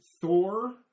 Thor